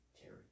Terry